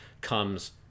comes